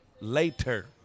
later